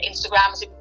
Instagram